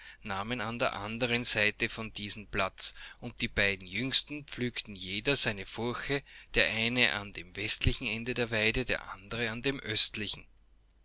nahmen an der anderen seite von diesen platz und die beiden jüngsten pflügten jeder seine furche der eine an dem westlichen ende der weide der andere an dem östlichen